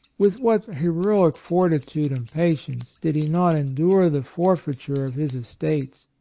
with what heroic fortitude and patience did he not endure the for feiture of his estates,